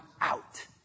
out